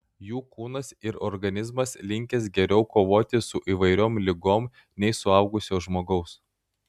jų kūnas ir organizmas linkęs geriau kovoti su įvairiom ligom nei suaugusio žmogaus